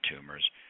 tumors